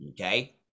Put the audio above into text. okay